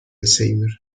alzheimer